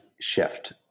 shift